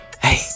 Hey